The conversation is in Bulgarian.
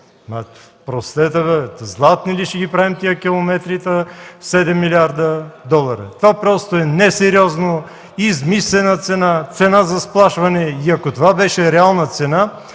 Простете, бе! Златни ли ще ги правим тези километри, та 7 млрд. долара?! Това просто е несериозно, измислена цена, цена за сплашване и ако това беше реална цена,